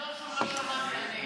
תחזור שוב, לא שמעתי.